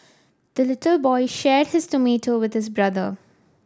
the little boy shared his tomato with this brother